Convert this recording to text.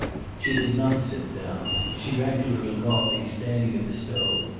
she did not sit down. she drank a little coffee, standing at the stove,